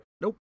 nope